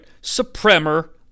Supremer